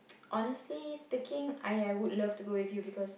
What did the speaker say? honestly speaking I I would love to go with you because